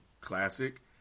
classic